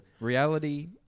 Reality